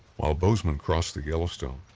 while bozeman crossed the yellowstone,